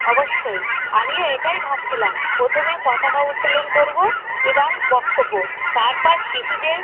অবশ্যই আমিও এটাই ভাবছিলাম প্রথমে পতাকা উত্তোলন করবো এবাং বক্তব্য তারপর শিশুদের